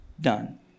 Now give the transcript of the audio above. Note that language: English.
done